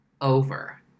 over